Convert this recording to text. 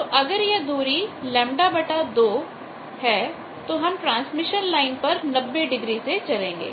तो अगर यह दूरी λ 2 तो हम ट्रांसमिशन लाइन पर 90 डिग्री से चलेंगे